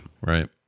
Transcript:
right